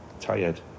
tired